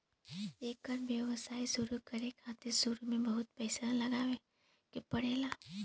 एकर व्यवसाय शुरु करे खातिर शुरू में बहुत पईसा लगावे के पड़ेला